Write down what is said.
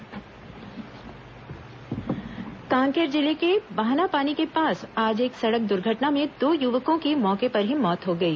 दुर्घटना कांकेर जिले के बाहनापानी के पास आज एक सड़क दुर्घटना में दो युवकों की मौके पर ही मौत हो गई